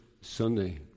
Sunday